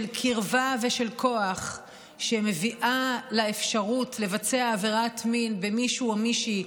של קרבה ושל כוח שמביאה לאפשרות לבצע עבירת מין במישהו או מישהי,